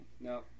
No